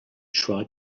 try